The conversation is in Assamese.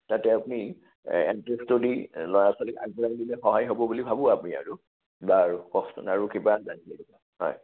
তাতে আপুনি এন্ট্ৰেঞ্চটো দি ল'ৰা ছোৱালীক আগুৱাই নিলে সহায় হ'ব বুলি ভাবোঁ আমি আৰু বাৰু কওকচোন আৰু কিবা জানিবলগীয়া হয়